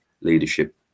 leadership